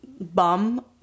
bum